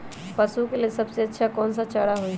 पशु के लेल सबसे अच्छा कौन सा चारा होई?